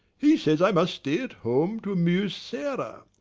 he says i must stay at home to amuse sarah.